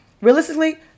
realistically